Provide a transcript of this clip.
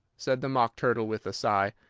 said the mock turtle with a sigh.